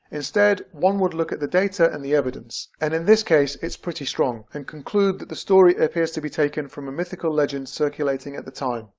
instead one would look at the data and the evidence. and in this case it's pretty strong and conclude that the story appears to be taken from mythical legends circulating at the time.